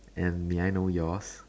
and may I know yours